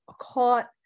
caught